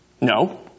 No